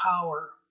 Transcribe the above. power